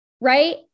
Right